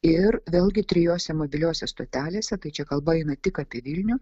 ir vėlgi trijose mobiliose stotelėse tai čia kalba eina tik apie vilnių